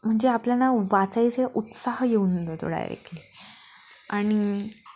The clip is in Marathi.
म्हणजे आपल्याला वाचायचे उत्साह येऊन देतो डायरेक्टली आणि